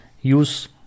use